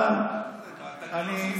אבל אני,